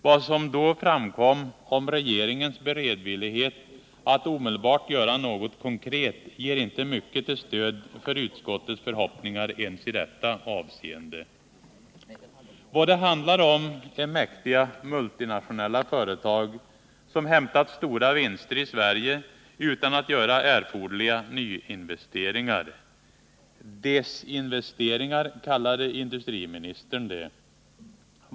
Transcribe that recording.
Vad som då framkom om regeringens beredvillighet att omedelbart göra något konkret ger inte mycket till stöd för utskottets förhoppningar ens i detta avseende. Vad det handlar om är mäktiga multinationella företag som hämtat stora vinster i Sverige utan att göra erforderliga nyinvesteringar. Desinvesteringar, kallade industriministern det.